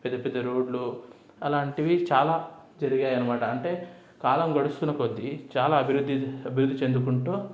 పెద్ద పెద్ద రోడ్లు అలాంటివి చాలా పెరిగాయి అన్నమాట అంటే కాలం గడుస్తున్న కొద్దీ చాలా అభివృద్ధి అభివృద్ధి చెందుకుంటూ